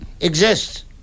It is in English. exists